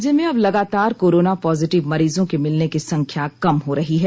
राज्य में अब लगातार कोरोना पॉजिटिव मरीजों के मिलने की संख्या कम हो रही है